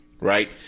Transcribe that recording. right